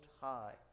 High